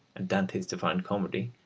and dante's divine comedy,